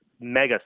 mega